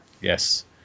Yes